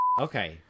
okay